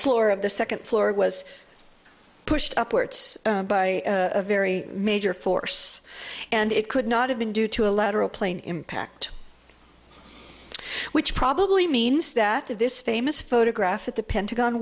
floor of the second floor was pushed upwards by a very major force and it could not have been due to a lateral plane impact which probably means that if this famous photograph at the pentagon